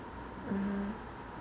um